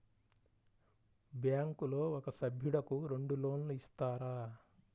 బ్యాంకులో ఒక సభ్యుడకు రెండు లోన్లు ఇస్తారా?